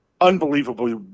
unbelievably